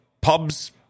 pubs